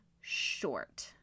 short